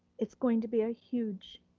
it's going to be a huge,